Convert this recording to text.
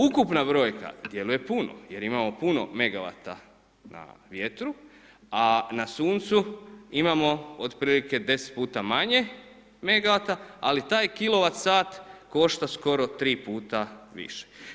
Ukupna brojka djeluje puno jer imamo puno megawata na vjetru, a na suncu imamo od prilike 10 puta manje megawata ali taj kilovat sat košta skoro tri puta više.